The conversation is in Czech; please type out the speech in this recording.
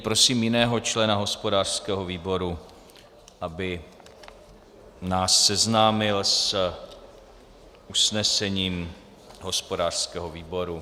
Prosím jiného člena hospodářského výboru, aby nás seznámil s usnesením hospodářského výboru.